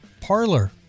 parlor